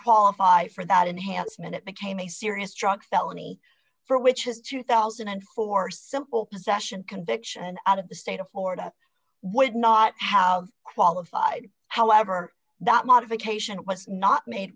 qualify for that enhancement it became a serious drug felony for which has two thousand and four simple possession conviction out of the state of florida would not haue qualified however that modification was not made